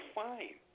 fine